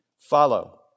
follow